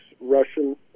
russian